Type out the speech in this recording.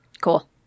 Cool